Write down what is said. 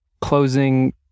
closing